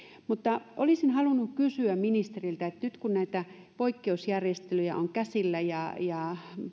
olisin halunnut kysyä ministeriltä nyt kun nämä poikkeusjärjestelyjt ovat käsillä ja